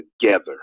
together